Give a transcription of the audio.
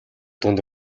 дунд